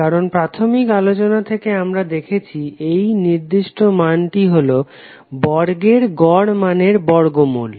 কারণ প্রাথমিক আলোচনা থেকে আমরা দেখেছি এই নির্দিষ্ট মানটি হলো বর্গের গড় মানের বর্গমূল